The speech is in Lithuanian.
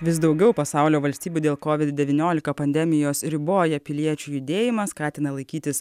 vis daugiau pasaulio valstybių dėl kovid devyniolika pandemijos riboja piliečių judėjimą skatina laikytis